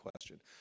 question